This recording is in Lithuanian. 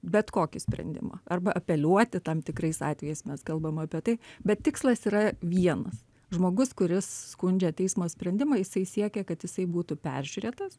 bet kokį sprendimą arba apeliuoti tam tikrais atvejais mes kalbam apie tai bet tikslas yra vienas žmogus kuris skundžia teismo sprendimą jisai siekia kad jisai būtų peržiūrėtas